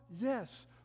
Yes